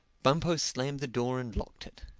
bumpo slammed the door and locked it.